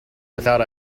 without